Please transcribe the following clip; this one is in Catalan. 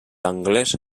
anglès